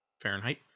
Fahrenheit